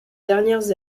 dernières